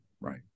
right